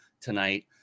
tonight